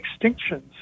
extinctions